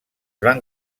van